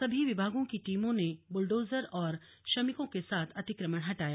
सभी विभागों की टीमों ने बुलडोजर और श्रमिकों के साथ अतिक्रमण हटाया